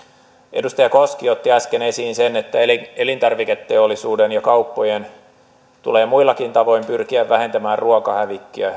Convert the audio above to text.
edustaja koski otti äsken esiin sen että elintarviketeollisuuden ja kauppojen tulee muillakin tavoin pyrkiä vähentämään ruokahävikkiä